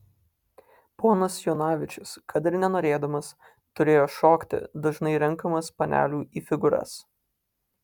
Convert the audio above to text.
ponas jonavičius kad ir nenorėdamas turėjo šokti dažnai renkamas panelių į figūras